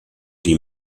die